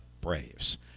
Braves